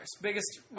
Biggest